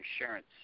insurance